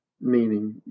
meaning